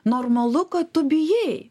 normalu kad tu bijai